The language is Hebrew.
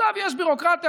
ועכשיו יש ביורוקרטיה,